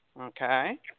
Okay